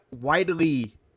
widely